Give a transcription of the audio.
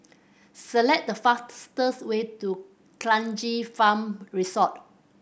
select the fastest way to Kranji Farm Resort